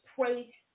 pray